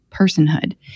personhood